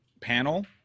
panel